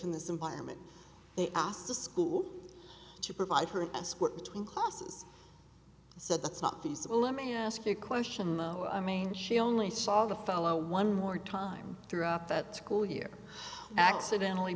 in this environment they asked the school to provide her escort between classes so that's not feasible let me ask you a question though i mean she only saw the fellow one more time throughout that school year accidentally